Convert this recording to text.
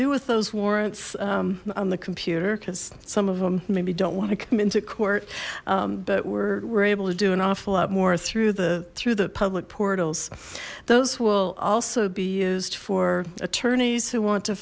do with those warrants on the computer because some of them maybe don't want to come into court but we're able to do an awful lot more through the through the public portals those will also be used for attorneys who want to